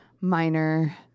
minor